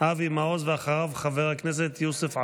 אבי מעוז, ואחריו, חבר הכנסת יוסף עטאונה.